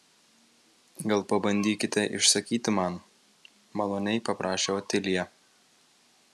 gal pabandykite išsakyti man maloniai paprašė otilija